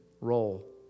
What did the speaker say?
role